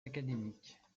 académiques